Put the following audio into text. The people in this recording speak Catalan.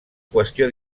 qüestió